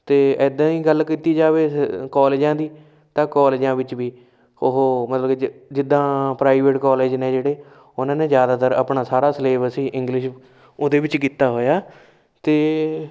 ਅਤੇ ਇੱਦਾਂ ਹੀ ਗੱਲ ਕੀਤੀ ਜਾਵੇ ਸ ਕੋਲਜਾਂ ਦੀ ਤਾਂ ਕੋਲਜਾਂ ਵਿੱਚ ਵੀ ਉਹ ਮਤਲਬ ਕਿ ਜਿੱਦਾਂ ਪ੍ਰਾਈਵੇਟ ਕੋਲਜ ਨੇ ਜਿਹੜੇ ਉਹਨਾਂ ਨੇ ਜ਼ਿਆਦਾਤਰ ਆਪਣਾ ਸਾਰਾ ਸਿਲੇਬਸ ਹੀ ਇੰਗਲਿਸ਼ ਉਹਦੇ ਵਿੱਚ ਕੀਤਾ ਹੋਇਆ ਅਤੇ